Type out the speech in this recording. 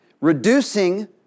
reducing